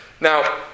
Now